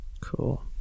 cool